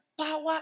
power